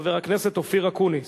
חבר הכנסת אופיר אקוניס.